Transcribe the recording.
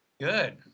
Good